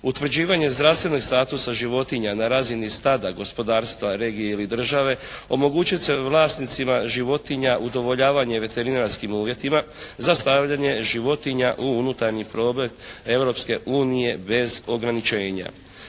Utvrđivanje zdravstvenog statusa životinja na razini stada, gospodarstva, regije ili države omogućit će vlasnicima životinja udovoljavanje veterinarskim uvjetima za stavljanje životinja u unutarnji problem Europske unije bez ograničenja.